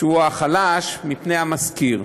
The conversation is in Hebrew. שהוא החלש, מפני המשכיר.